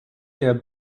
der